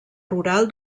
rural